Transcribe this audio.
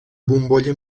bombolla